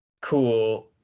cool